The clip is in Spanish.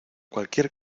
cualquier